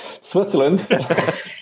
Switzerland